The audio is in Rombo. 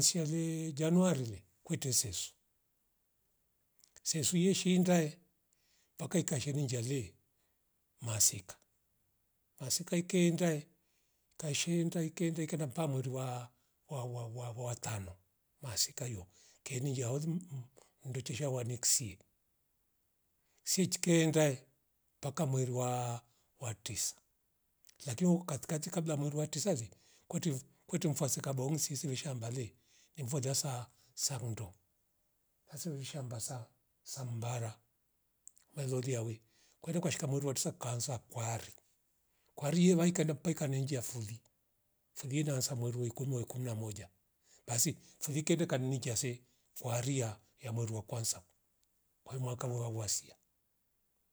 Chiale januarile kwete sisu, sesu yeshinda he vaka ika shiri njiare masika masika ikaenda kasheenda ikaenda ikaenda mpaka mweru wa- wa- wa- wa- wa- watano masika yo keni njiaoli mh ndochisha wanikisie sie chikeenda mpaka mweru wa tisa lakini uko katikati kabla ya mweru wa tisa le kweti kwetu mfua sika bongsisi weshambale ni mvua lia saa saa ngondo asi vishie mbasa sambara welolia we kwere ukashika mweru wa tisa kaanza kwari kwari ye vaikaenda mpaka ikanejia fuli fuli ye naanza mweru ya ikumi wa ikumi na moja basi firi kende kani chase wakuria ya ya mweru wa kwanza kwaiyu mwaka wawa sia